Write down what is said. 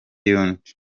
y’undi